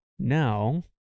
Now